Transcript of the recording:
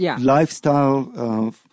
Lifestyle